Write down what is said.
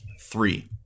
three